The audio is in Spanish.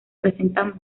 presentan